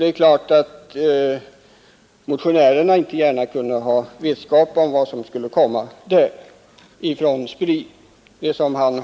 Det är klart att motionärerna inte gärna kunde ha vetskap om vad som skulle komma från SPRI.